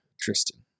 Tristan